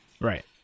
Right